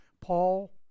Paul